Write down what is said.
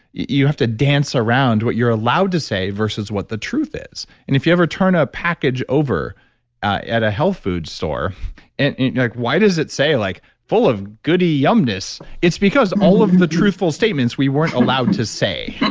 you have to dance around what you're allowed to say versus what the truth is. and if you ever turn a package over at a health food store and your like why does it say like full of goody yumness? it's because all of the truthful statements we weren't allowed to say.